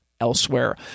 Elsewhere